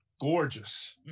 gorgeous